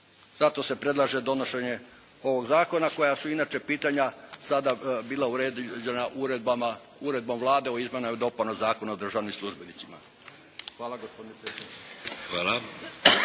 Zato se predlaže donošenje ovog zakona koja su inače pitanja sada bila uređena Uredbom Vlade o izmjenama i dopunama Zakona o državnim službenicima. Hvala gospodine